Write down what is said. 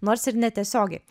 nors ir netiesiogiai